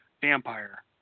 vampire